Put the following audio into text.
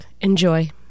enjoy